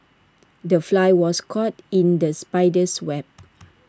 the fly was caught in the spider's web